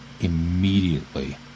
immediately